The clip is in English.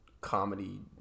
comedy